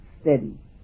steady